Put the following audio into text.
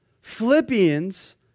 Philippians